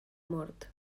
mort